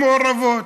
ערים מעורבות,